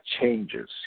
changes